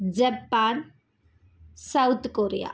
Japan South Korea